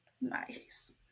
Nice